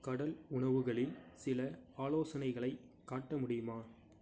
கடல் உணவுகளில் சில ஆலோசனைகளைக் காட்ட முடியுமா